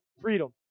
freedom